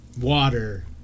water